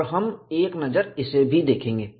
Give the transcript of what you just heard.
और हम एक नजर इसे भी देखेंगे